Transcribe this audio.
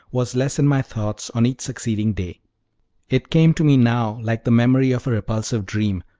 was less in my thoughts on each succeeding day it came to me now like the memory of a repulsive dream,